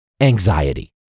anxiety